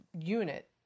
unit